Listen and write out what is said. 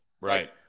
Right